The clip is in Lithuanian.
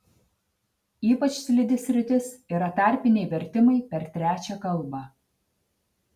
ypač slidi sritis yra tarpiniai vertimai per trečią kalbą